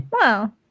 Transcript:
wow